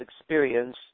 experience